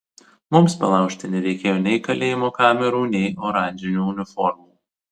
mums palaužti nereikėjo nei kalėjimo kamerų nei oranžinių uniformų